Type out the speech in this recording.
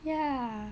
ya